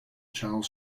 charles